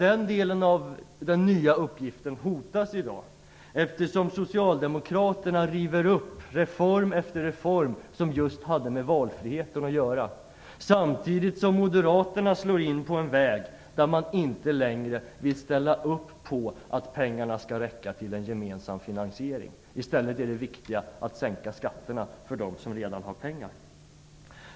Denna nya uppgift hotas i dag eftersom Socialdemokraterna river upp reform efter reform som just hade med valfriheten att göra. Samtidigt slår Moderaterna in på en väg där man inte längre vill ställa upp på att pengarna skall räcka till en gemensam finansiering. I stället är det viktiga att sänka skatterna för dem som redan har pengar.